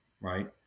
right